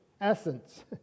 Essence